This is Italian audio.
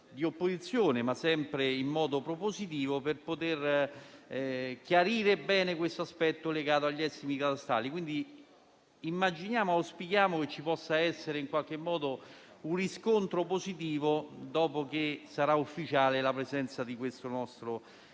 di opposizione, sempre in modo propositivo, di chiarire bene questo aspetto legato agli estimi catastali. Quindi, immaginiamo e auspichiamo ci possa essere, in qualche modo, un riscontro positivo dopo che sarà ufficiale la presenza di questo nostro